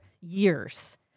years